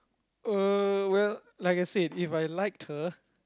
uh well like I said If I liked her